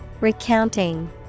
Recounting